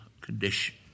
condition